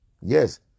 Yes